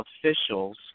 officials